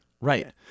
Right